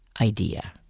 idea